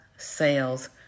sales